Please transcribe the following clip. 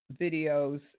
videos